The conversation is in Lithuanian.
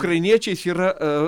ukrainiečiais yra